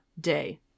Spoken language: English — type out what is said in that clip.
day